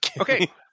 Okay